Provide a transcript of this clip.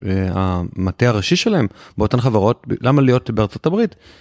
המטע הראשי שלהם באותן חברות למה להיות בארצות הברית.